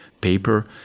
paper